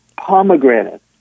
Pomegranate